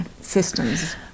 systems